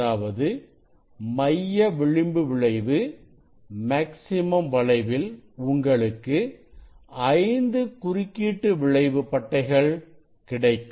அதாவது மைய விளிம்பு விளைவு மேக்ஸிமம் வளைவில் உங்களுக்கு 5 குறுக்கீட்டு விளைவு பட்டைகள் கிடைக்கும்